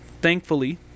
thankfully